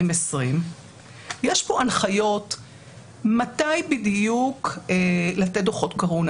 יש פה הנחיות מתי בדיוק לתת דוחות קורונה,